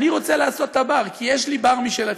אני רוצה לעשות את הבר, כי יש לי בר משל עצמי,